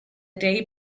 day